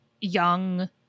young